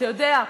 אתה יודע?